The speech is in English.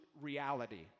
reality